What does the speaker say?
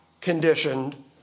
conditioned